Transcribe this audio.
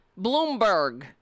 Bloomberg